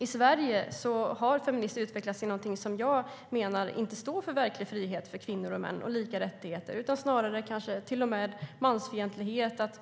I Sverige har feminismen utvecklats till något som jag menar inte står för verklig frihet för kvinnor och män och lika rättigheter utan snarare till och med mansfientlighet.